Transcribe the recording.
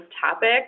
topic